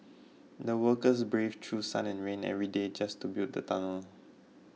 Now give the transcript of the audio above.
the workers braved through sun and rain every day just to build the tunnel